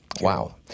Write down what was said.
wow